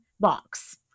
box